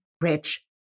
rich